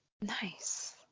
Nice